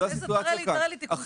תראה לי תיקון כזה.